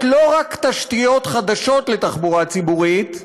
לא רק תשתיות חדשות לתחבורה ציבורית,